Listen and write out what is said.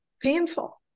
painful